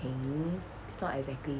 thing it's not exactly